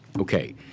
Okay